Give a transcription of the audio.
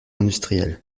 industriels